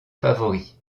favori